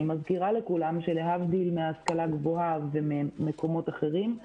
אני מזכירה לכולם שלהבדיל מההשכלה הגבוהה וממקומות אחרים,